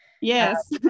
Yes